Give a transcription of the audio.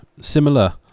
similar